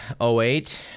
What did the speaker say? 08